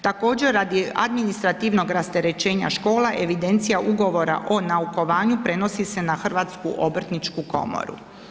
Također, radi administrativnog rasterećenja škola, evidencija Ugovora o naukovanju prenosi se na Hrvatsku obrtničku komoru.